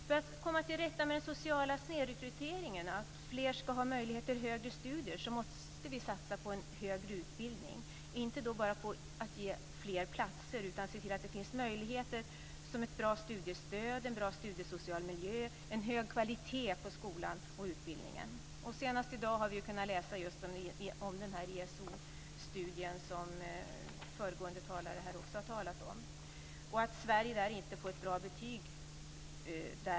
För att komma till rätta med den sociala snedrekryteringen, att fler ska ha möjlighet till högre studier, måste vi satsa på en högre utbildning - inte då bara genom fler platser utan genom att se till att det finns möjligheter som ett bra studiestöd, en bra studiesocial miljö och en hög kvalitet på skolan och utbildningen. Senast i dag har vi kunnat läsa om en ESO-studie, som föregående talare har varit inne på. Där får Sverige inte ett bra betyg.